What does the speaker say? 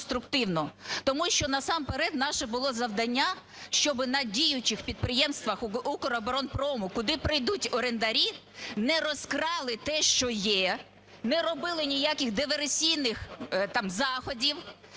Тому що насамперед наше було завдання, щоб на діючих підприємствах Укроборонпрому, куди прийдуть орендарі не розкрали те, що є, не робили ніяких диверсійних там заходів